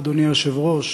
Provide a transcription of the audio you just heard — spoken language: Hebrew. אדוני היושב-ראש,